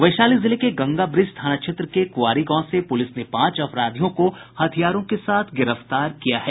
वैशाली जिले के गंगाब्रिज थाना क्षेत्र के कुआरी गांव से पुलिस ने पांच अपराधियों को हथियारों के साथ गिरफ्तार किया है